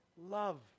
love